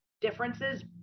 differences